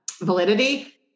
validity